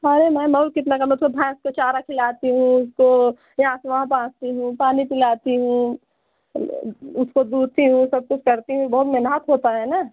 अरे मेहनत कितना करना भैंस को चारा खिलाती हूँ उसको यहाँ से वहाँ बाँधती हूँ पानी पिलाती हूँ उसके दूध फिर सब कुछ करती हूँ बहुत मेहनत होता है ना